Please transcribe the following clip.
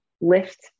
lift